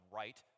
right